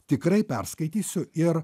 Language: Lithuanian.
tikrai perskaitysiu ir